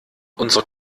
unsere